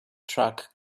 track